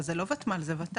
אבל זה לא ותמ"ל, זה ות"ל.